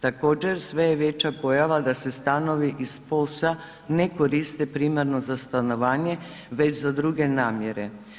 Također sve je veća pojava da se stanovi iz POS-a ne koriste primarno za stanovanje već za druge namjere.